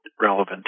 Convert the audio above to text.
relevant